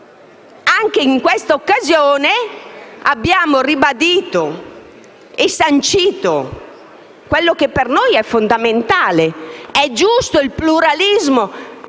Anche in questa occasione, abbiamo ribadito e sancito un principio per noi fondamentale. È giusto il pluralismo